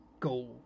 Go